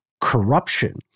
corruption